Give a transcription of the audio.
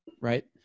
right